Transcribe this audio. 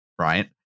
right